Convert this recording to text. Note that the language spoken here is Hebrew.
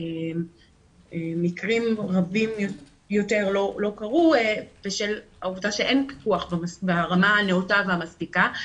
שמקרים רבים יותר לא קרו בשל העובדה שאין פיקוח ברמה הנאותה והמספיקה.